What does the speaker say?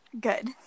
Good